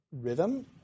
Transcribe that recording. rhythm